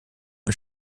und